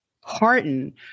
hearten